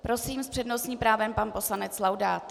Prosím s přednostním právem pan poslanec Laudát.